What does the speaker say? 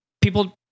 people